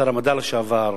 שר המדע לשעבר